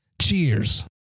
Cheers